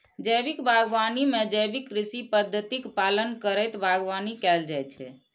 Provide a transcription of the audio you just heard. जैविक बागवानी मे जैविक कृषि पद्धतिक पालन करैत बागवानी कैल जाइ छै